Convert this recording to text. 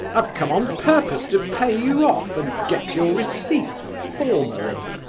i've come on purpose to pay you off and get your receipt, formally.